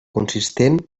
consistent